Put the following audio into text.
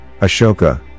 Ashoka